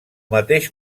mateix